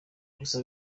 gusa